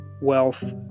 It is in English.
wealth